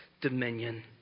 dominion